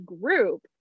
group